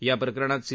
या प्रकरणात सी